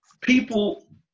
people